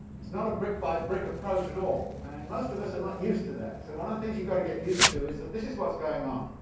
it's not a brick by brick approach at all, and most of us are not used to that, so one of the things you've got to get used to is that this is what's going on.